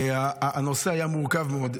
הנושא היה מורכב מאוד.